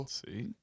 see